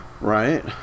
Right